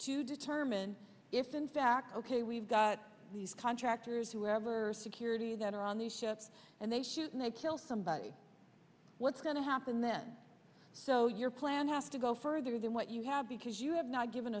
to determine if in fact ok we've got these contractors whoever's security that are on the ships and they shoot and they kill somebody what's going to happen then so your plan have to go further than what you have because you have not given